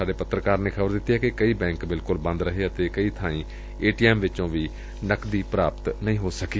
ਸਾਡੇ ਪੱਤਰਕਾਰ ਨੇ ਖ਼ਬਰ ਦਿੱਤੀ ਏ ਕਈ ਬੈ'ਕ ਬਿਲਕੁਲ ਬੰਦ ਰਹੇ ਅਤੇ ਕਈ ਬਾਈ' ਏ ਟੀ ਐਮ ਵਿਚੋ' ਵੀ ਨਕਦੀ ਪਾਪਤ ਨਹੀਂ ਹੋ ਸਕੀ